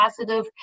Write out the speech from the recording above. positive